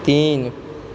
तीन